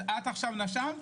נשמת.